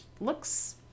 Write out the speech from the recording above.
looks